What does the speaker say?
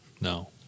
No